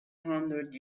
hundred